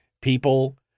People